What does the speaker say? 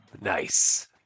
Nice